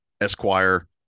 Esquire